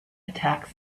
attacks